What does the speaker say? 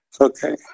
okay